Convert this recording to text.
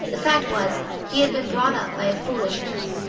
the fact was he had been brought up by a foolish nurse,